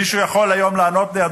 מישהו יכול לענות לי היום,